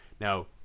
now